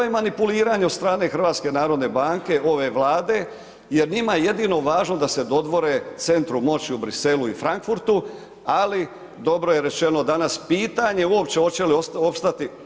To je manipuliranje od strane HNB-a, ove Vlade jer njima je jedino važno da se dodvore centru moći u Briselu i Frankfurtu ali dobro je rečeno danas pitanje uopće hoće li opstati.